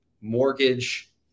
mortgage